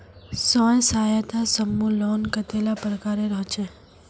स्वयं सहायता समूह लोन कतेला प्रकारेर होचे?